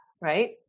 right